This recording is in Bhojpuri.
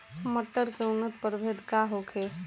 मटर के उन्नत प्रभेद का होखे?